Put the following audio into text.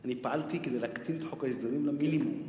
אני פעלתי כדי להקטין את חוק ההסדרים למינימום,